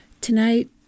Tonight